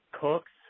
Cooks